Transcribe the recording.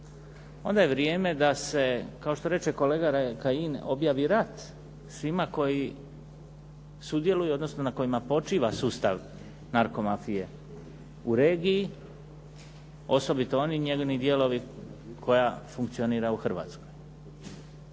onda je vrijeme da se kao što reče kolega Kajin objavi rat svima koji sudjeluju, odnosno na kojima počiva sustav narko mafije u regiji osobito oni njezini dijelovi koja funkcionira u Hrvatskoj.